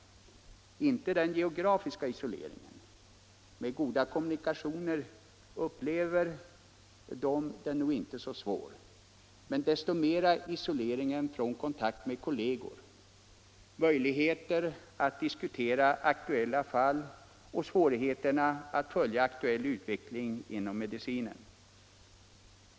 Det gäller inte den geografiska isoleringen —- med goda kommunikationer blir den inte så svår — men desto mera isoleringen från kontakt med kolleger, möjligheter att diskutera aktuella fall och svårigheterna att följa aktuell utveckling inom medicinen.